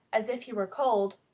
as if he were cold.